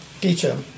teacher